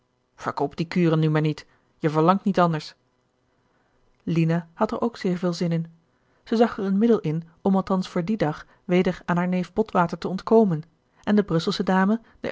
verkoop die kuren nu maar niet je verlangt niet anders lina had er ook zeer veel zin in zij zag er een middel in om althans voor dien dag weder aan haar neef botwater te ontkomen en de brusselsche dame